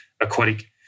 Aquatic